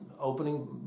opening